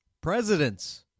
presidents